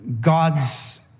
God's